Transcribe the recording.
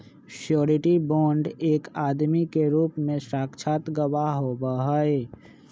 surety bond एक आदमी के रूप में साक्षात गवाह होबा हई